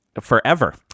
forever